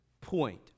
point